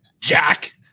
Jack